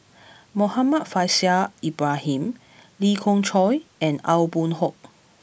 Muhammad Faishal Ibrahim Lee Khoon Choy and Aw Boon Haw